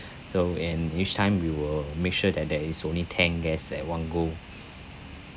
so and each time we will make sure that there is only ten guests at one go